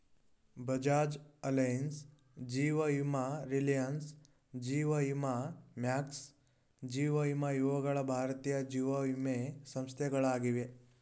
Bajaj Allianz, ಜೀವ ವಿಮಾ ರಿಲಯನ್ಸ್, ಜೀವ ವಿಮಾ ಮ್ಯಾಕ್ಸ್, ಜೀವ ವಿಮಾ ಇವುಗಳ ಭಾರತೀಯ ಜೀವವಿಮೆ ಸಂಸ್ಥೆಗಳಾಗಿವೆ